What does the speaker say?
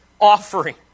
offering